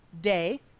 day